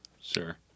Sure